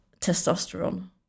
testosterone